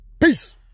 Peace